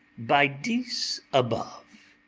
by dis above,